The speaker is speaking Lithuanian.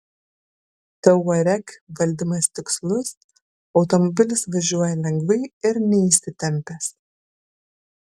touareg valdymas tikslus automobilis važiuoja lengvai ir neįsitempęs